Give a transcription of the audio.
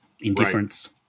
Indifference